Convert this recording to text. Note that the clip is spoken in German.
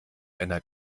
einer